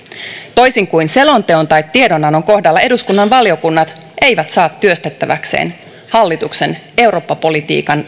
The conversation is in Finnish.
toisin kuin selonteon tai tiedonannon kohdalla eduskunnan valiokunnat eivät saa työstettäväkseen hallituksen eurooppa politiikan